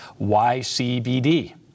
YCBD